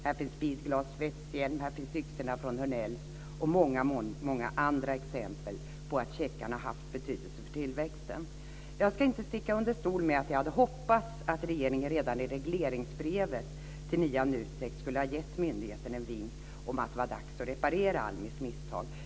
Här finns bilglas och svetshjälm, här finns yxorna från Hörnells och här finns många andra exempel på att checkarna har haft betydelse för tillväxten. Jag ska inte sticka under stol med att jag hade hoppats att regeringen redan i regleringsbrevet till nya NUTEK skulle ha gett myndigheten en vink om att det var dags att reparera ALMI:s misstag.